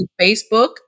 Facebook